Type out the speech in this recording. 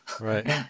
right